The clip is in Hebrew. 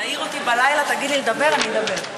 תעיר אותי בלילה, תגיד לי לדבר, אני אדבר.